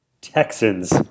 Texans